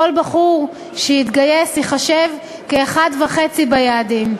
כל בחור שיתגייס ייחשב כאחד וחצי ביעדים.